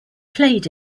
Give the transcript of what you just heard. played